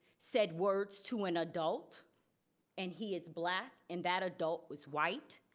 said words to an adult and he is black and that adult was white.